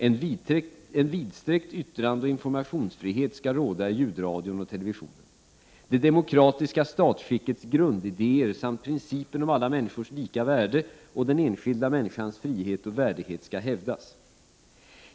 En vidsträckt yttrandeoch informationsfrihet skall råda i ljudradion och televisionen. Det demokratiska statsskickets grundidéer samt principen om alla människors lika värde och den enskilda människans frihet och värdighet skall hävdas.